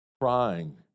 crying